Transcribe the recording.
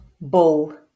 bull